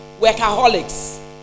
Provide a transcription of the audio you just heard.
workaholics